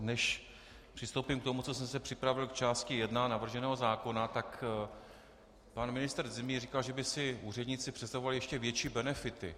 Než přistoupím k tomu, co jsem si připravil k části jedna navrženého zákona, tak pan ministr zřejmě říkal, že by si úředníci představovali ještě větší benefity.